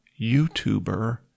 YouTuber